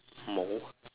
mold